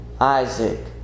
Isaac